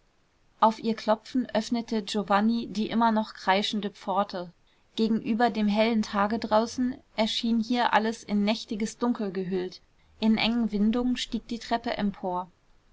auf ihr klopfen öffnete giovanni die immer noch kreischende pforte gegenüber dem hellen tage draußen erschien hier alles in nächtiges dunkel gehüllt in engen windungen stieg die treppe empor